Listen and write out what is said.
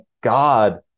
God